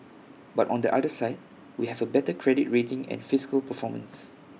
but on the other side we have A better credit rating and fiscal performance